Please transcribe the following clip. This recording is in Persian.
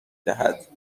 دهد